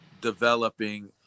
developing